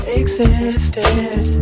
existed